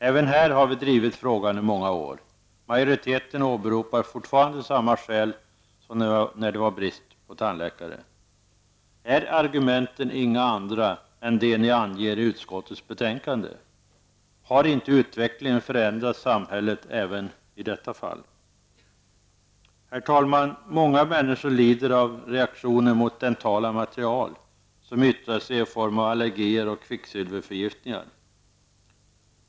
Även här har vi drivit frågan i många år. Majoriteten åberopar fortfarande samma skäl som när det var brist på tandläkare. Är argumenten inga andra än de ni anger i utskottets betänkande? Har inte utvecklingen förändrat samhället även i detta fall? Herr talman! Många människor lider av reaktioner mot dentala material, vilket yttrar sig i form av allergier och kvicksilverförgiftningar.